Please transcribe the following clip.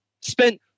spent